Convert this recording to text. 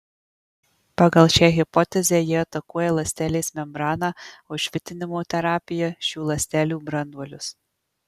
pagal šią hipotezę jie atakuoja ląstelės membraną o švitinimo terapija šių ląstelių branduolius